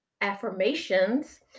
affirmations